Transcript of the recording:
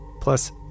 Plus